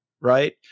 right